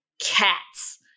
cats